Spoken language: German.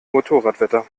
motorradwetter